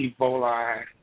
Ebola